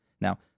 Now